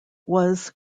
was